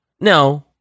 No